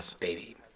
baby